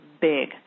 big